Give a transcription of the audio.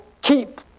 keep